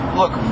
look